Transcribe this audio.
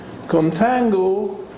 contango